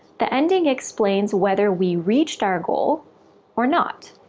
the ending explains whether we reached our goal or not.